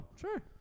Sure